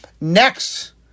Next